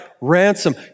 ransom